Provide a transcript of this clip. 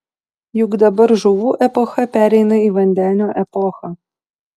juk dabar žuvų epocha pereina į vandenio epochą